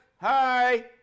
Hi